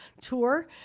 tour